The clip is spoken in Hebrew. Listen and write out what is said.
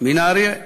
מן האריה.